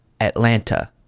Atlanta